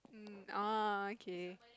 mm ah okay